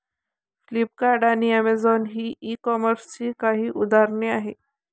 Flipkart आणि Amazon ही e कॉमर्सची काही उदाहरणे आहे